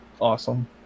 awesome